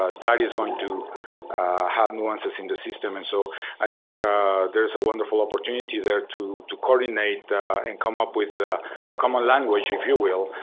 ah that is going to have nuances in the system. and so i think there's a wonderful opportunity there to to coordinate and come up with a ah common language if you will.